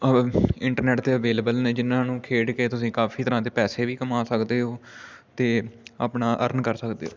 internet 'ਤੇ available ਨੇ ਜਿਨ੍ਹਾਂ ਨੂੰ ਖੇਡ ਕੇ ਤੁਸੀਂ ਕਾਫੀ ਤਰ੍ਹਾਂ ਦੇ ਪੈਸੇ ਵੀ ਕਮਾ ਸਕਦੇ ਹੋ ਅਤੇ ਆਪਣਾ ਅਰਨ ਕਰ ਸਕਦੇ